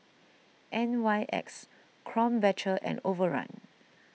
N Y X Krombacher and Overrun